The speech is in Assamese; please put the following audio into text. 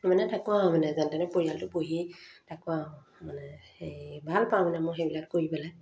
মানে থাকোঁ আৰু মানে যেনে তেনে পৰিয়ালটো পোহি থাকোঁ আৰু মানে হেৰি ভালপাওঁ মানে মই সেইবিলাক কৰি পেলাই